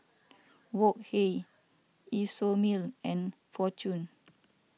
Wok Hey Isomil and fortune